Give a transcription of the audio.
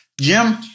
Jim